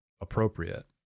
appropriate